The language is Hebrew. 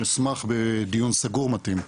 אשמח בדיון סגור מתאים.